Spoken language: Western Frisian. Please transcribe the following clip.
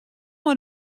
mei